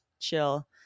chill